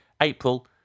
April